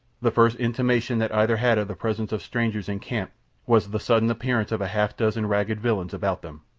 the first intimation that either had of the presence of strangers in camp was the sudden appearance of a half-dozen ragged villains about them.